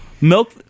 Milk